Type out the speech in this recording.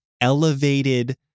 elevated